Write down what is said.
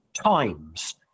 times